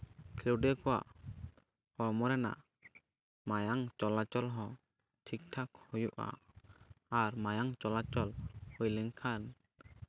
ᱠᱷᱮᱞᱚᱰᱤᱭᱟᱹ ᱠᱚᱣᱟᱜ ᱦᱚᱲᱢᱚ ᱨᱮᱱᱟᱜ ᱢᱟᱭᱟᱝ ᱪᱚᱞᱟᱪᱚᱞ ᱦᱚᱸ ᱴᱷᱤᱠᱴᱷᱟᱠ ᱦᱩᱭᱩᱜᱼᱟ ᱟᱨ ᱢᱟᱭᱟᱝ ᱪᱚᱞᱟᱪᱚᱞ ᱦᱩᱭ ᱞᱮᱱᱠᱷᱟᱱ